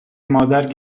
مادر